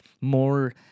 more